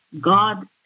God